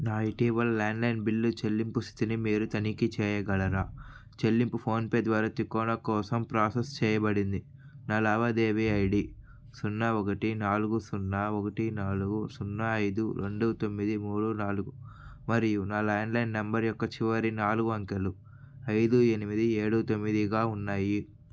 నా ఇటీవలి landline bill చెల్లింపు స్థితిని మీరు తనిఖీ చేయగలరా చెల్లింపు ఫోన్పే ద్వారా తికోనా కోసం ప్రాసెస్ చేయబడింది నా లావాదేవీ ఐడి సున్నా ఒకటి నాలుగు సున్నా ఒకటి నాలుగు సున్నా ఐదు రెండు తొమ్మిది మూడు నాలుగు మరియు నా ల్యాండ్లైన్ నెంబర్ యొక్క చివరి నాలుగు అంకెలు ఐదు ఎనిమిది ఏడు తొమ్మిదిగా ఉన్నాయి